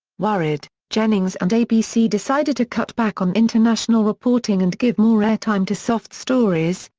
worried, jennings and abc decided to cut back on international reporting and give more air time to soft stories,